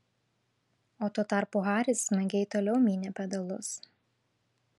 o tuo tarpu haris smagiai toliau mynė pedalus